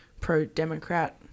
pro-Democrat